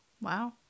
Wow